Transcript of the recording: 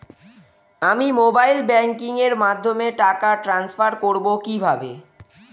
আমি mobile banking এর মাধ্যমে টাকা টান্সফার করব কিভাবে?